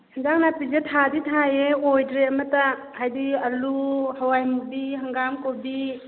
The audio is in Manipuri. ꯌꯦꯟꯁꯥꯡ ꯅꯥꯄꯤꯁꯦ ꯊꯥꯗꯤ ꯊꯥꯏꯌꯦ ꯑꯣꯏꯗ꯭ꯔꯦ ꯑꯃꯠꯇ ꯍꯥꯏꯗꯤ ꯑꯥꯂꯨ ꯍꯋꯥꯏ ꯃꯨꯕꯤ ꯍꯪꯒꯥꯝ ꯀꯣꯕꯤ